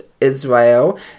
Israel